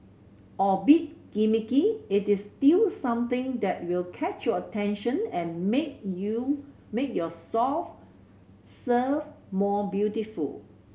albeit gimmicky it is still something that will catch your attention and make you make your soft serve more beautiful